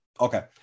okay